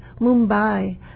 Mumbai